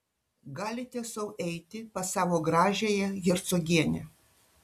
galite sau eiti pas savo gražiąją hercogienę